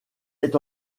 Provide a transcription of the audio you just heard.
est